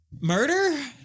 Murder